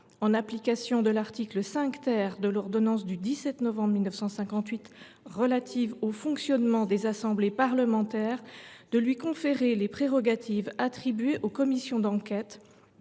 en application de l’article 5 de l’ordonnance n° 58 1100 du 17 novembre 1958 relative au fonctionnement des assemblées parlementaires, de lui conférer les prérogatives attribuées aux commissions d’enquête,